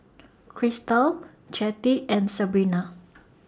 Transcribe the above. Krystle Jettie and Sebrina